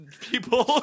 people